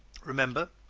remember,